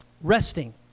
resting